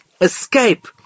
escape